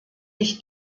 ich